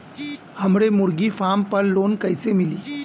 हमरे मुर्गी फार्म पर लोन कइसे मिली?